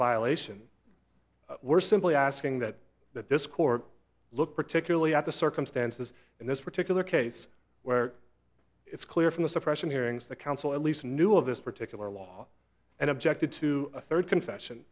violation we're simply asking that that this core look particularly at the circumstances in this particular case where it's clear from the suppression hearings the council at least knew of this particular law and objected to a third confession